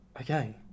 Okay